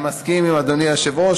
אני מסכים עם אדוני היושב-ראש,